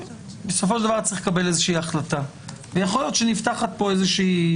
בסופו של דבר צריך לקבל איזושהי החלטה ויכול להיות שנפתחת כאן איזושהי